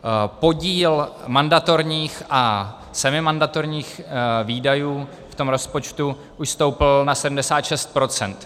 A podíl mandatorních a semimandatorních výdajů v tom rozpočtu už stoupl na 76 %.